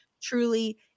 truly